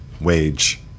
wage